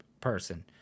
person